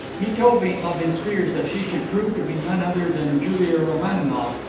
he told me of his fears that she should prove to be none other than julia romaninov,